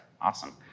Awesome